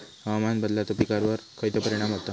हवामान बदलाचो पिकावर खयचो परिणाम होता?